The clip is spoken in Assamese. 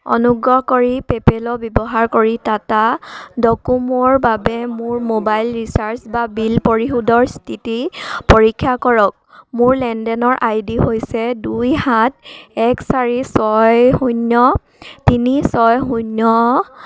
অনুগ্ৰহ কৰি পেপে'ল ব্যৱহাৰ কৰি টাটা ডকোমোৰ বাবে মোৰ মোবাইল ৰিচাৰ্জ বা বিল পৰিশোধৰ স্থিতি পৰীক্ষা কৰক মোৰ লেনদেনৰ আই ডি হৈছে দুই সাত এক চাৰি ছয় শূন্য তিনি ছয় শূন্য